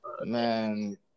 Man